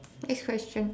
next question